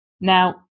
Now